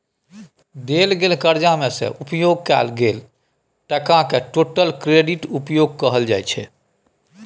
देल गेल करजा मे सँ उपयोग कएल गेल टकाकेँ टोटल क्रेडिट उपयोग कहल जाइ छै